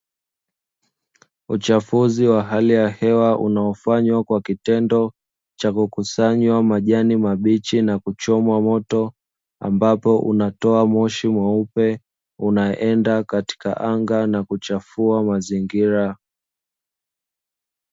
Uchafuzi wa hali ya hewa unaofanywa kwa kitendo cha kukusanywa majani mabichi na kuchomwa moto, ambapo unatoa moshi mweupe unaenda katika anga na kuchafua mazingira.